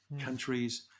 countries